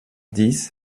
dix